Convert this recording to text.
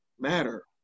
matter